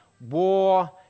War